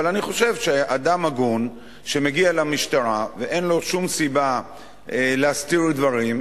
אבל אני חושב שאדם הגון שמגיע למשטרה ואין לו שום סיבה להסתיר דברים,